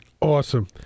Awesome